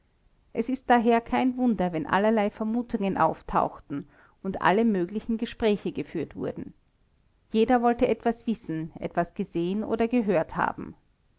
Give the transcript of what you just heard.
es ist daher kein wunder wenn allerlei vermutungen auftauchten und alle möglichen gespräche geführt wurden jeder wollte etwas wissen etwas gesehen oder gehört haben